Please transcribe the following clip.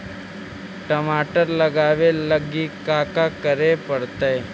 टमाटर लगावे लगी का का करये पड़तै?